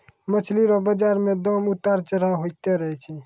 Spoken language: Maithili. मछली रो बाजार मे दाम उतार चढ़ाव होते रहै छै